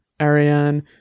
Ariane